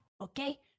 Okay